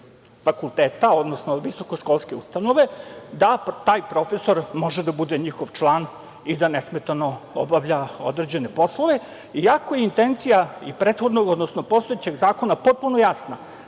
fakulteta, odnosno visokoškolske ustanove, da taj profesor može da bude njihov član i da nesmetano obavlja određene poslove, iako je intencija i prethodnog odnosno postojećeg zakona potpuno jasna